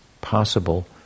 possible